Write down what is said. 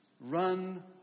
run